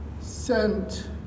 sent